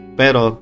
pero